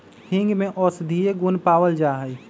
हींग में औषधीय गुण पावल जाहई